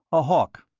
a hawk.